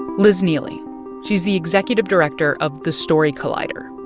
liz neeley she's the executive director of the story collider,